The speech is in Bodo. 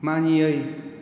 मानियै